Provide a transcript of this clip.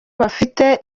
bafite